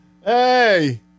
Hey